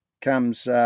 comes